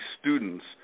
students